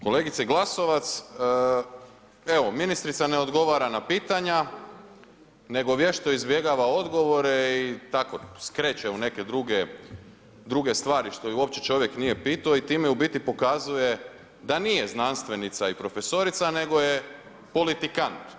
Kolegice Glasovac, evo ministrica ne odgovara na pitanja, nego vješto izbjegava odgovore i tako skreće u neke druge stvari što ju uopće čovjek nije pitao i time u biti pokazuje da nije znanstvenica i profesorica nego je politikant.